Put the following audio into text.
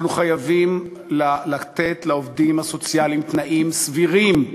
אנחנו חייבים לתת לעובדים הסוציאליים תנאים סבירים לעבודה.